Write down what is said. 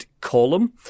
column